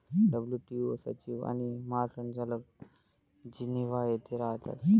WTO सचिव आणि महासंचालक जिनिव्हा येथे राहतात